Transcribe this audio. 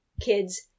kids